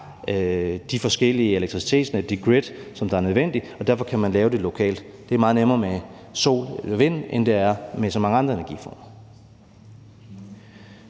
de forskellige elektricitetsnet, de grid, der er nødvendige, og derfor kan man lave det lokalt. Der er meget nemmere med sol eller vind, end det er med så mange andre energiformer.